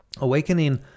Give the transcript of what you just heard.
Awakening